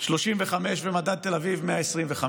35 ומדד תל אביב 125,